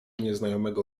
nieznajomego